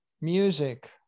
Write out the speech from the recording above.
music